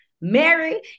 Mary